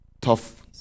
tough